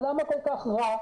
למה כל כך רע?